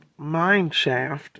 mineshaft